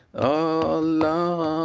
oh, lord,